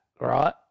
right